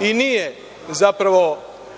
i nije zapravo